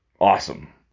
awesome